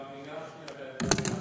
גם הגשתי הרי את ההצעה.